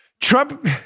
Trump